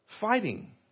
Fighting